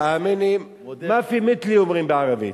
תאמין לי, מַא פִיה מִתְלִי, אומרים בערבית.